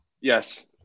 Yes